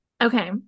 Okay